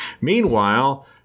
Meanwhile